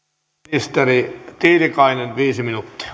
ministeri tiilikainen viisi minuuttia